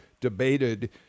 debated